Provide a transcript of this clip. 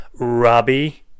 Robbie